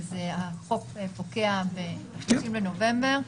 והחוק פוקע ב-30 בנובמבר.